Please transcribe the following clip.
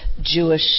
Jewish